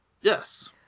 Yes